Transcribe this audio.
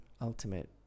ultimate